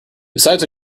besides